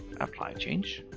apply change.